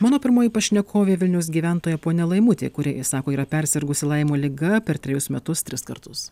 mano pirmoji pašnekovė vilniaus gyventoja ponia laimutė kuri i sako yra persirgusi laimo liga per trejus metus tris kartus